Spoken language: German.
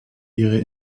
ihre